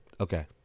Okay